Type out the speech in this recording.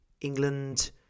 England